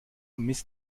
mist